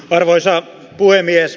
arvoisa puhemies